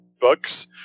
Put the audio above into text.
books